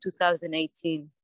2018